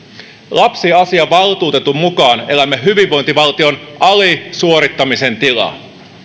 lapsiasiavaltuutetun mukaan elämme hyvinvointivaltion alisuorittamisen tilaa